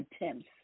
attempts